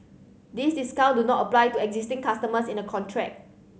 these discount do not apply to existing customers in a contract